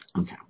Okay